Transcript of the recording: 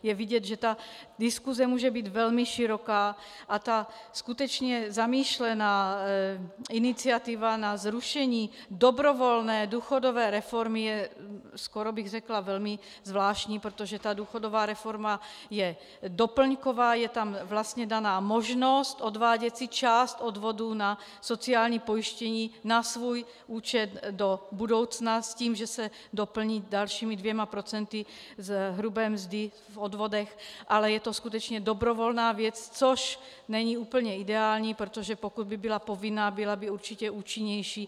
Je vidět, že diskuse může být velmi široká a skutečně zamýšlená iniciativa na zrušení dobrovolné důchodové reformy je, skoro bych řekla, velmi zvláštní, protože důchodová reforma je doplňková, je tam daná možnost odvádět si část odvodů na sociální pojištění na svůj účet do budoucna s tím, že se doplní dalšími 2 % z hrubé mzdy v odvodech, ale je to skutečně dobrovolná věc, což není úplně ideální, protože pokud by byla povinná, byla by určitě účinnější.